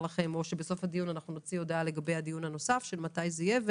בסוף הדיון נוציא הודעה לגבי הדיון הנוסף מתי זה יהיה.